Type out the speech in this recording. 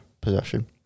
possession